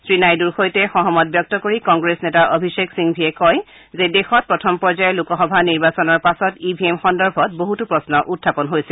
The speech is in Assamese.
শ্ৰীনাইডুৰ সৈতে সহমত ব্যক্ত কৰি কংগ্লেছ নেতা অভিষেক সিংভিয়ে কয় যে দেশত প্ৰথম পৰ্যয়ৰ লোকসভা নিৰ্বাচনৰ পাছত ই ভি এম সন্দৰ্ভত বছতো প্ৰশ্ন উখাপন হৈছিল